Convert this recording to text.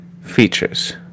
features